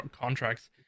contracts